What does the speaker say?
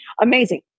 amazing